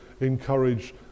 encourage